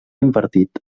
invertit